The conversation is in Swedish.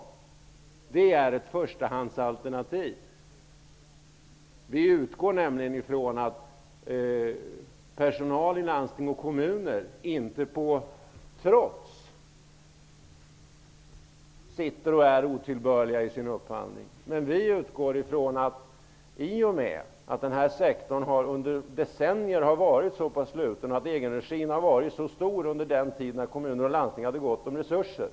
Det är ett förstahandsalternativ. Vi utgår nämligen ifrån att personal i landsting och kommuner inte på trots handlar otillbörligt i sin upphandling. Men denna sektor har i decennier varit ganska sluten. Egenregin var stor under den tid när kommuner och landsting hade gott om resurser.